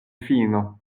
fino